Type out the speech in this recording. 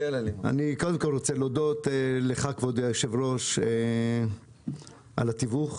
אני קודם כל רוצה להודות לך כבוד היושב-ראש על התיווך,